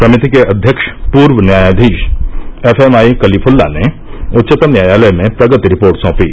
समिति के अध्यक्ष पूर्व न्यायाधीश एफ एम आई कलीफुल्ला ने उच्चतम न्यायालय में प्रगति रिपोर्ट सोंपी